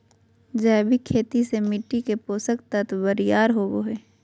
जैविक खेती से मिट्टी के पोषक तत्व बरियार होवो हय